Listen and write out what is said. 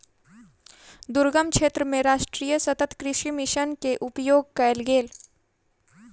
दुर्गम क्षेत्र मे राष्ट्रीय सतत कृषि मिशन के उपयोग कयल गेल